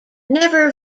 never